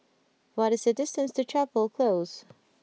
what is the distance to Chapel Close